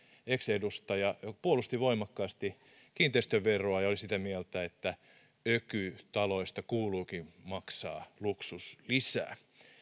ex edustaja kirjoitti helsingin sanomissa puolusti voimakkaasti kiinteistöveroa ja oli sitä mieltä että ökytaloista kuuluukin maksaa luksuslisää